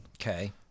okay